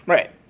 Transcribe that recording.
Right